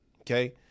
Okay